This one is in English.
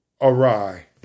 awry